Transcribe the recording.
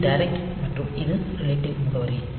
இது டிரெக்ட் மற்றும் இது ரிலேட்டிவ் முகவரி